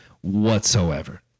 whatsoever